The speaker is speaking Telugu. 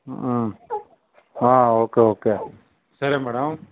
ఆ ఆ ఓకే ఓకే సరే మేడం